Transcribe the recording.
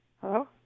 Hello